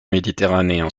méditerranéen